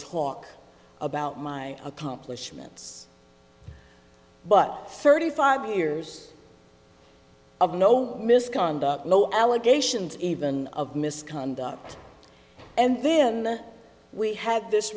talk about my accomplishments but thirty five years of no misconduct no allegations even of misconduct and then we had this